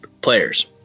players